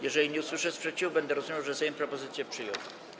Jeżeli nie usłyszę sprzeciwu, będę rozumiał, że Sejm propozycję przyjął.